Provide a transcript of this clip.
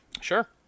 Sure